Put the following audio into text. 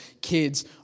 kids